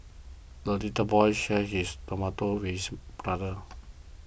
the little boy shared his tomato with his brother